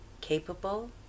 capable